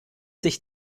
sich